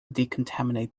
decontaminate